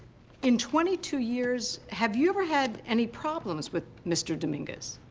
in twenty two years, have you ever had any problems with mr. dominguez?